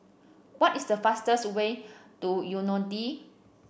what is the fastest way to Yaounde